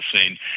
seen